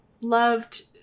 loved